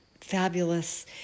fabulous